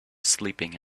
sleeping